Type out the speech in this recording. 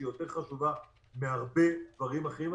שהיא חשובה יותר מהרבה דברים אחרים.